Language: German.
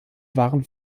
waren